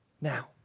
Now